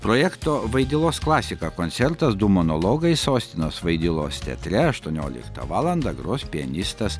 projekto vaidilos klasika koncertas du monologai sostinos vaidilos teatre aštuonioliktą valandą gros pianistas